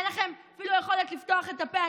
אין לכם אפילו יכולת לפתוח את הפה.